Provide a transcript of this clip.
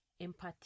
empathy